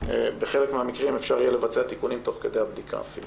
בחלק מהמקרים אפשר יהיה לבצע תיקונים תוך כדי הבדיקה אפילו.